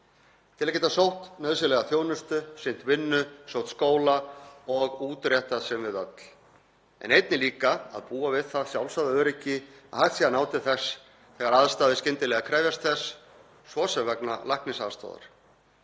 vilja geta sótt nauðsynlega þjónustu, sinnt vinnu, sótt skóla og útrétta sem við öll en einnig að búa við það sjálfsagða öryggi að hægt sé að ná til þeirra þegar aðstæður skyndilega krefjast þess, svo sem vegna læknisaðstoðar.